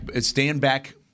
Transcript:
stand-back